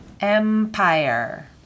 Empire